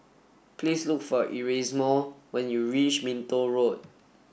please look for Erasmo when you reach Minto Road